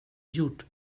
gjort